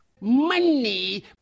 Money